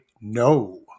no